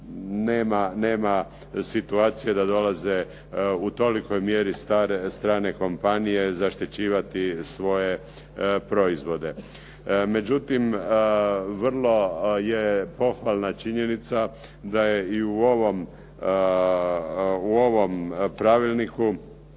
nema situacije da dolaze u tolikoj mjeri strane kompanije zaštićivati svoje proizvode. Međutim, vrlo je pohvalna činjenica da je i u ovom pravilniku